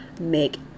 make